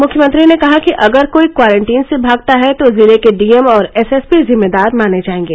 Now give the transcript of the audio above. मुख्यमंत्री ने कहा कि अगर कोई क्वारंटीन से भागता है तो जिले के डीएम और एसएसपी जिम्मेदार माने जायेगें